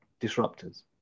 disruptors